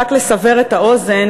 רק לסבר את האוזן,